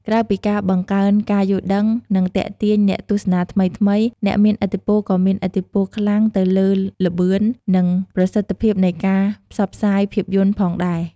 ក្រៅពីការបង្កើនការយល់ដឹង និងទាក់ទាញអ្នកទស្សនាថ្មីៗ អ្នកមានឥទ្ធិពលក៏មានឥទ្ធិពលខ្លាំងទៅលើល្បឿន និងប្រសិទ្ធភាពនៃការផ្សព្វផ្សាយភាពយន្តផងដែរ។